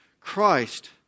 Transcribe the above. Christ